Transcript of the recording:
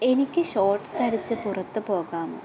എനിക്ക് ഷോട്ട്സ് ധരിച്ച് പുറത്ത് പോകാമോ